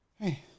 hey